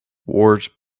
wars